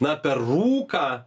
na per rūką